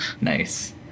nice